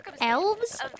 Elves